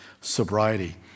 sobriety